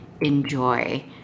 enjoy